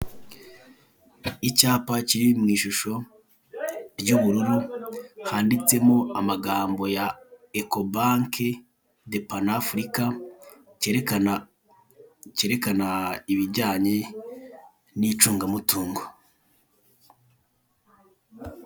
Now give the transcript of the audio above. Icapa kiri mu ishusho ry'ubururu handitsemo amagambo ya ekobanki de panafurika kerekana kerekana ibijyanye n'icungamutungo.